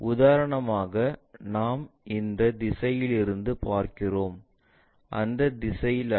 உதாரணமாக நாங்கள் இந்த திசையிலிருந்து பார்க்கிறோம் அந்த திசையில் அல்ல